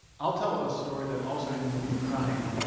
i'll tell a story that also ends with me crying.